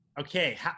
Okay